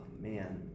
man